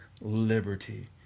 liberty